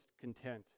content